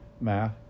math